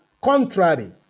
contrary